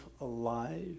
alive